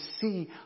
see